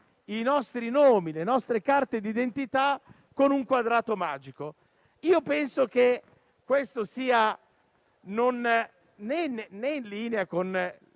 i nostri nomi e le nostre carte d'identità con un quadrato magico. Penso che questo non sia in linea con